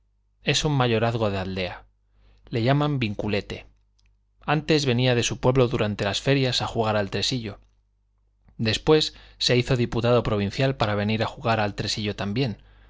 es un mayorazgo de aldea le llaman vinculete antes venía de su pueblo durante las ferias a jugar al tresillo después se hizo diputado provincial para venir a jugar al tresillo también